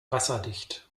wasserdicht